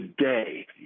today